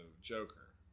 Joker